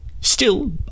Still